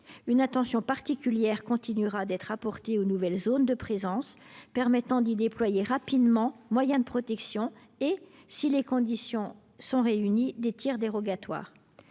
Une attention particulière continuera d’être portée aux nouvelles zones de présence, afin d’y déployer rapidement des moyens de protection et, si les conditions sont réunies, d’y autoriser des tirs dérogatoires.